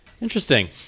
Interesting